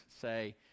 say